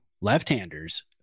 left-handers